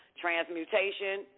Transmutation